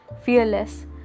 fearless